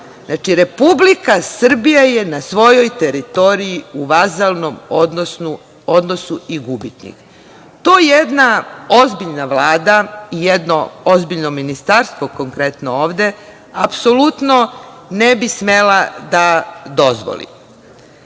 Znači, Republika Srbija je na svojoj teritoriji u vazalnom odnosu i gubitnik. To jedna ozbiljna vlada i jedno ozbiljno ministarstvo, konkretno ovde, apsolutno ne bi smela da dozvoli.S